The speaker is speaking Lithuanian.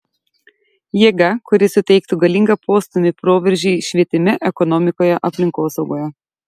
jėga kuri suteiktų galingą postūmį proveržiui švietime ekonomikoje aplinkosaugoje